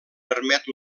permet